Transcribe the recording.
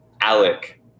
Alec